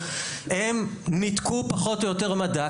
הם ניתקו פחות או יותר מגע,